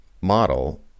model